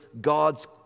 God's